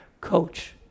Coach